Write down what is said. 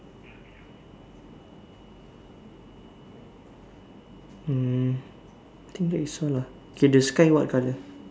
hmm I think that is all lah okay the sky what colour